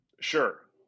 Sure